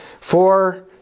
four